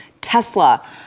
Tesla